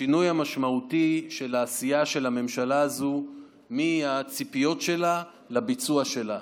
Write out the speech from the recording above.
זה השינוי המשמעותי של העשייה של הממשלה הזאת מהציפיות שלה לביצוע שלה.